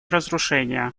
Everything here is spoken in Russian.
разрушения